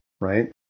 right